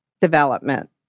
development